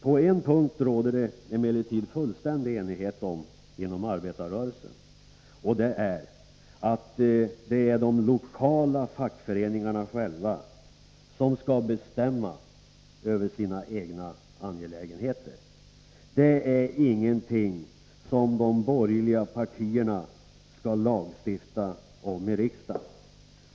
På en punkt råder det emellertid fullständig enighet inom arbetarrörelsen, och det är om att de lokala fackföreningarna själva skall bestämma över sina angelägenheter. Det är ingenting som de borgerliga partierna skall lagstifta om i riksdagen.